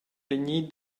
vegni